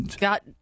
Got